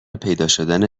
پیداشدن